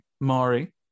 Mari